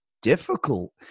difficult